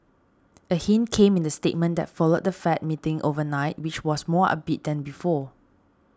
a hint came in the statement that followed the Fed meeting overnight which was more upbeat than before